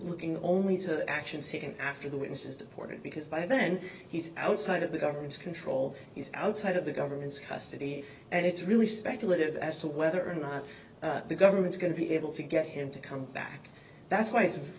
looking only to the actions he can after the witnesses deported because by then he's outside of the government's control he's outside of the government's custody and it's really speculative as to whether or not the government's going to be able to get him to come back that's why it's